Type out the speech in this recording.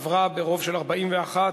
עברה ברוב של 41,